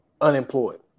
unemployed